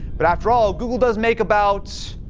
but after all google does make about.